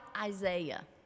Isaiah